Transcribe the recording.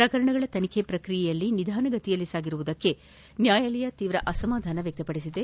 ಪ್ರಕರಣಗಳ ತನಿಖೆ ಪ್ರಕ್ರಿಯೆ ನಿಧಾನಗತಿಯಲ್ಲಿ ಸಾಗಿರುವುದಕ್ಕೆ ನ್ನಾಯಾಲಯ ತೀವ್ರ ಅಸಮಾಧಾನ ವ್ಯಕ್ತಪಡಿಸಿದೆ